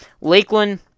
Lakeland